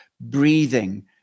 breathing